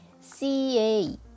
CA